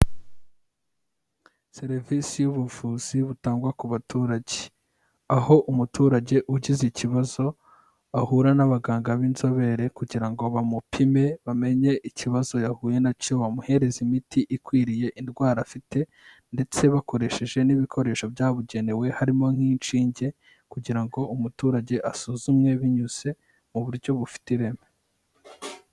Serivisi y'ubuvuzi butangwa ku baturage, aho umuturage ugize ikibazo ahura n'abaganga b'inzobere kugira ngo bamupime bamenye ikibazo yahuye nacyo bamuhereza imiti ikwiriye indwara afite ndetse bakoresheje n'ibikoresho byabugenewe harimo nk'inshinge kugira ngo umuturage asuzumwe binyuze mu buryo bufite ireme.